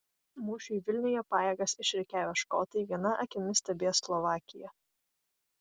mūšiui vilniuje pajėgas išrikiavę škotai viena akimi stebės slovakiją